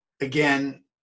Again